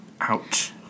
Ouch